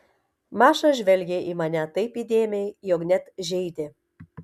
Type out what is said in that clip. maša žvelgė į mane taip įdėmiai jog net žeidė